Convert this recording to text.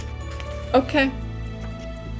Okay